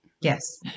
Yes